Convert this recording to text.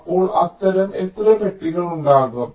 അപ്പോൾ അത്തരം എത്ര പെട്ടികൾ ഉണ്ടാകും